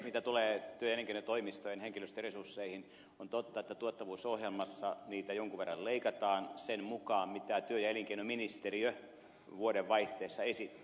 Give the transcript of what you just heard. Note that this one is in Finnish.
mitä tulee työ ja elinkeinotoimistojen henkilöstöresursseihin on totta että tuottavuusohjelmassa niitä jonkun verran leikataan sen mukaan mitä työ ja elinkeinoministeriö vuodenvaihteessa esitti